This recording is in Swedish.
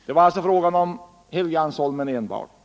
Det var alltså fråga om enbart Helgeandsholmen.